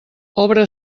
obra